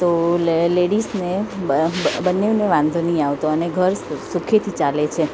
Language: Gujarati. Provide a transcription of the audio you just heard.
તો લેડિસને બંનેને વાંધો નથી આવતો અને ઘર સુખેથી ચાલે છે